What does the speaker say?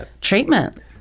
treatment